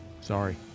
sorry